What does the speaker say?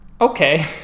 Okay